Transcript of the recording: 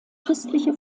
christliche